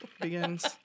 begins